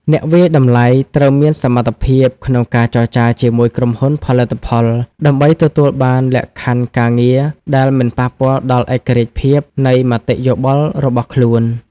អ្នកវាយតម្លៃត្រូវមានសមត្ថភាពក្នុងការចរចាជាមួយក្រុមហ៊ុនផលិតផល ដើម្បីទទួលបានលក្ខខណ្ឌការងារដែលមិនប៉ះពាល់ដល់ឯករាជ្យភាពនៃមតិយោបល់របស់ខ្លួន។